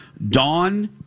Dawn